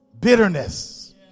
Bitterness